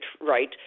right